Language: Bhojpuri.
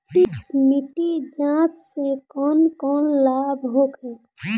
मिट्टी जाँच से कौन कौनलाभ होखे?